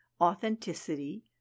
authenticity